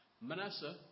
Manasseh